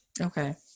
Okay